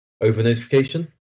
over-notification